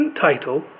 title